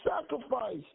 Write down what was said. sacrifice